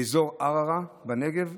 באזור ערערה בנגב,